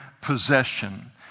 possession